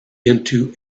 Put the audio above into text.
into